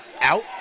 Out